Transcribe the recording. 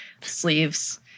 sleeves